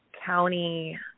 County